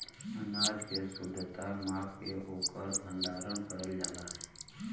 अनाज के शुद्धता माप के ओकर भण्डारन करल जाला